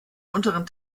unteren